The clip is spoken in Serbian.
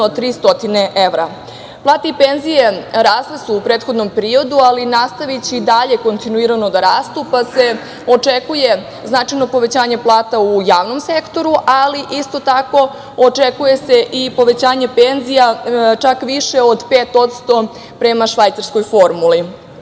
300 evra. Plate i penzije rasle su u prethodnom periodu, ali nastaviće i dalje kontinuirano da rastu, pa se očekuje značajno povećanje plata u javnom sektoru, ali isto tako očekuje i povećanje penzija čak više od 5% prema švajcarskoj formuli. Kada